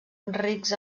rics